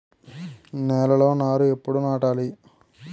నేలలో నారు ఎప్పుడు నాటాలి?